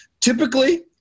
typically